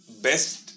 best